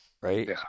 Right